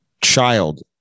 child